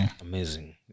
Amazing